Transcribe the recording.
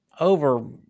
Over